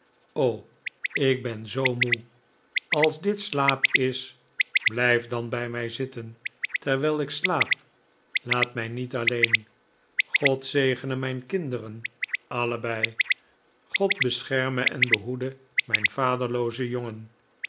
o ik ben zoo moe als dit slaap is blijf dan bij mij zitten terwijl ik slaap laat mij niet alleen god zegene mijn kinderen allebei god bescherme en behoede mijn vaderloozen jongen